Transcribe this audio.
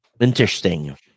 Interesting